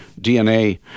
dna